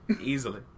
Easily